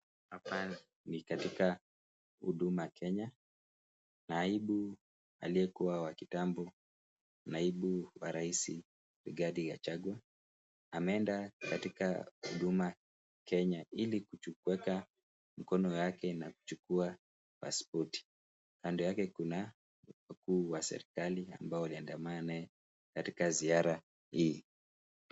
Hapa ni katika Huduma Kenya, naibu wa rais Rigathi Gachagua ,ameenda katika Huduma Kenya ili kuweka mkono yake na kuchukua pasipoti. Kando yake kuna wakuu wa serikali ambao waliandamana na yeye katika ziara hii.